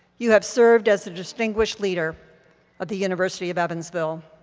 you have served as a distinguished leader of the university of evansville.